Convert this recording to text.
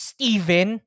Steven